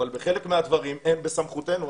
אבל בחלק מהדברים אין בסמכותנו.